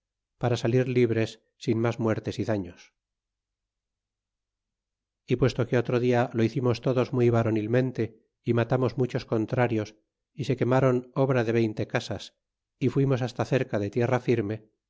para salir libres sin mas muertes y daños y puesto que otro dia lo hicimos todos muy varonilmente y matarnos muchos contrarios y se quemron obra de veinte casas y fuimos hasta cerca de tierra firme